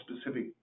specific